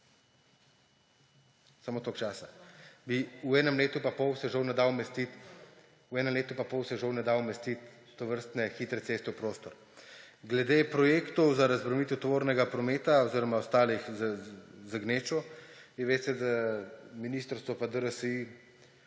samo toliko časa. V enem letu in pol se žal ne da umestiti tovrstne hitre ceste v prostor. Glede projektov za razbremenitev tovornega prometa oziroma ostalih, ki povzročajo gnečo; vi veste, da ministrstvo, DRSI